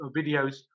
videos